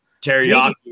Teriyaki